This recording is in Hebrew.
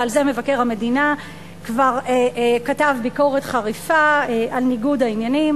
ועל זה מבקר המדינה כבר כתב ביקורת חריפה על ניגוד העניינים.